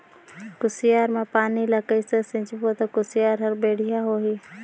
कुसियार मा पानी ला कइसे सिंचबो ता कुसियार हर बेडिया होही?